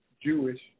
Jewish